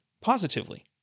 positively